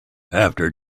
after